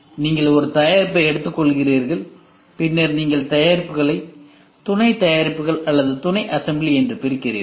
எனவே நீங்கள் ஒரு தயாரிப்பை எடுத்துக்கொள்கிறீர்கள் பின்னர் நீங்கள் தயாரிப்புகளை துணை தயாரிப்புகள் அல்லது துணை அசம்பிளி என்று பிரிக்கிறீர்கள்